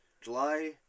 July